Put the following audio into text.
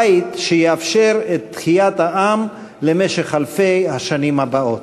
בית שיאפשר את תחיית העם למשך אלפי השנים הבאות.